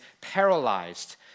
paralyzed